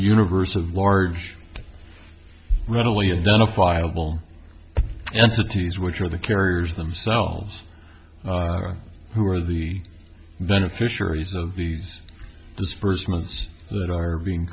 universe of large readily identifiable entities which are the carriers themselves who are the beneficiaries of the disbursements that are being